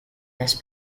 las